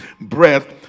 breath